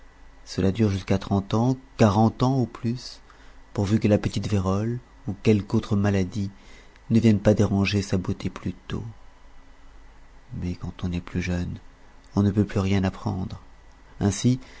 cela dure jusqu'à trente ans quarante ans au plus pourvu que la petite vérole ou quelqu'autre maladie ne vienne pas déranger sa beauté plutôt mais quand on n'est plus jeune on ne peut plus rien apprendre ainsi